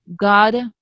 God